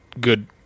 good